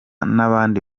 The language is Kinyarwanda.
n’abandi